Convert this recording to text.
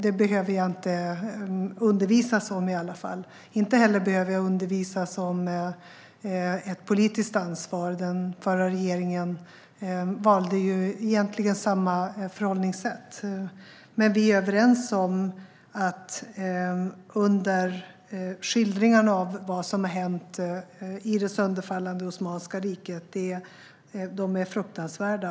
Det behöver jag alltså inte undervisas om. Inte heller behöver jag undervisas om politiskt ansvar. Den förra regeringen valde samma förhållningssätt. Men vi är överens om att skildringar av det som hände i det sönderfallande Osmanska riket är fruktansvärda.